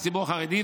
לציבור החרדי,